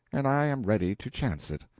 and i am ready to chance it.